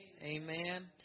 Amen